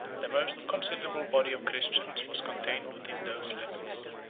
the most considerable body of christians was contained within those limits.